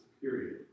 period